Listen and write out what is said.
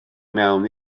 mewn